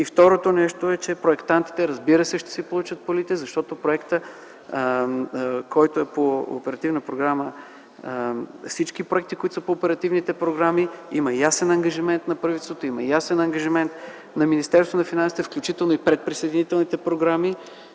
И второто нещо е, че проектантите, разбира се, че ще си получат парите, защото по всички проекти, които са по оперативните програми има ясен ангажимент на правителството, има ясен ангажимент на Министерство на финансите, включително и по предприсъединителните програми,